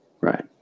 Right